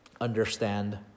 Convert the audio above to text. understand